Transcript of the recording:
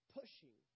pushing